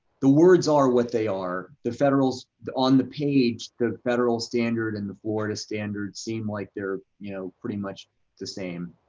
the words are what they are. the federal's on the page the federal standard and the florida standard seem like they're, you know, pretty much the same.